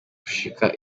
gushika